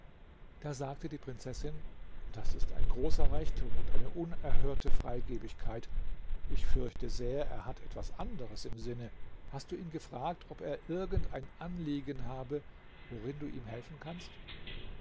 da sagte die prinzessin das ist ein großer reichtum und eine unerhörte freigebigkeit ich fürchte sehr er hat etwas anderes im sinne hast du ihn gefragt ob er irgend ein anliegen habe worin du ihm helfen kannst